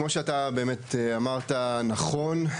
כמו שאמרת נכון,